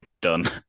done